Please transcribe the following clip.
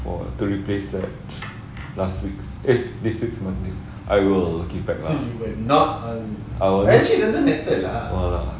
for to replace last week eh this week I will I will no lah